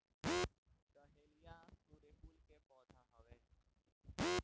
dahlia सूर्यकुल के पौधा हवे